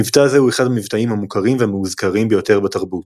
מבטא זה הוא אחד המבטאים המוכרים והמאוזכרים ביותר בתרבות.